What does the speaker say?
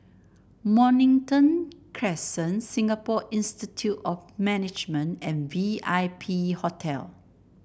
Mornington Crescent Singapore Institute of Management and V I P Hotel